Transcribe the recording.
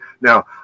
Now